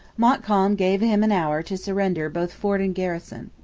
montcalm gave him an hour to surrender both fort and garrison.